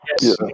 yes